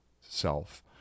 self